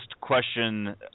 question